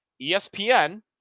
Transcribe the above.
ESPN